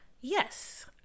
Yes